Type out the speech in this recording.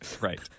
Right